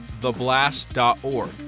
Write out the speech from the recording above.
theblast.org